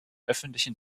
öffentlichen